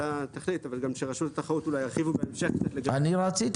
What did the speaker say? אתה תחליט אבל שרשות התחרות ירחיבו בהמשך -- אני רציתי